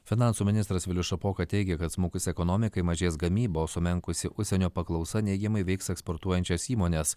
finansų ministras vilius šapoka teigė kad smukus ekonomikai mažės gamyba o sumenkusi užsienio paklausa neigiamai veiks eksportuojančias įmones